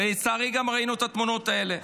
ולצערי ראינו גם את התמונות האלה.